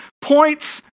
points